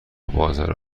بازار